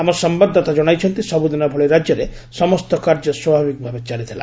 ଆମ ସମ୍ଭାଦଦାତା ଜଣାଇଛନ୍ତି ସବୁଦିନ ଭଳି ରାଜ୍ୟରେ ସମସ୍ତ କାର୍ଯ୍ୟ ସ୍ୱାଭାବିକ ଭାବେ ଚାଲିଥିଲା